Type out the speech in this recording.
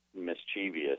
mischievous